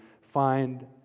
find